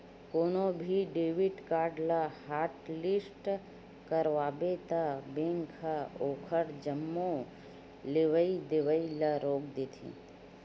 कोनो भी debit card ल हॉटलिस्ट करवाबे त बेंक ह ओखर जम्मो लेवइ देवइ ल रोक देथे